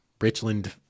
Richland